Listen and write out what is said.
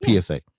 PSA